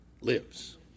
lives